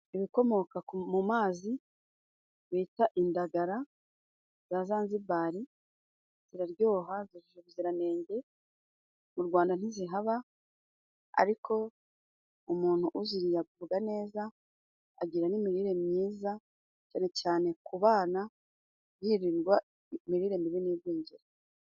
Ibikomoka mu mazi bita indagara za zanzibari ziraryoha, zujuje ubuziranenge, mu Rwanda ntizihaba, ariko umuntu uziriye agubwa neza, agira n'imirire myiza cyane cyane ku bana, hirirwa imirire mibi n'igwingira.